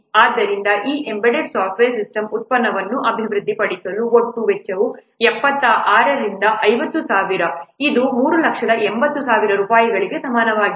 ಆದ್ದರಿಂದ ಈ embedded software system ಉತ್ಪನ್ನಗಳನ್ನು ಅಭಿವೃದ್ಧಿಪಡಿಸಲು ಒಟ್ಟು ವೆಚ್ಚವು 76 ರಿಂದ 50000 ಇದು 3800000 ರೂಪಾಯಿಗಳಿಗೆ ಸಮನಾಗಿರುತ್ತದೆ